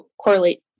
correlate